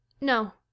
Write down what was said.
No